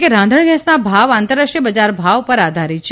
કે રાંધણગેસના ભાવ આંતરરાષ્ટ્રીય બજારભાવ પર આધારીત છે